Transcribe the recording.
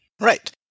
Right